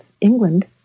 england